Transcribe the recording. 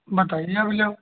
बताइए अभी आप